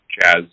jazz